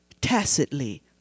tacitly